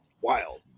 wild